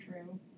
true